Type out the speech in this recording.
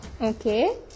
Okay